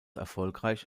erfolgreich